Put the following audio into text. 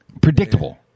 predictable